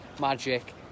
magic